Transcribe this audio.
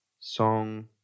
song